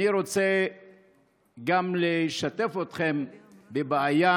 אני רוצה גם לשתף אתכם בבעיה